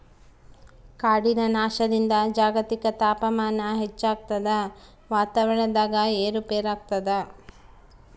ಕಾಡಿನ ನಾಶದಿಂದ ಜಾಗತಿಕ ತಾಪಮಾನ ಹೆಚ್ಚಾಗ್ತದ ವಾತಾವರಣದಾಗ ಏರು ಪೇರಾಗ್ತದ